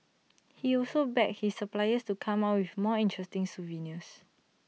he also begged his suppliers to come up with more interesting souvenirs